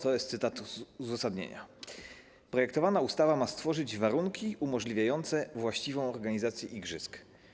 To jest cytat z uzasadnienia: Projektowana ustawa ma stworzyć warunki umożliwiające właściwą organizację igrzysk.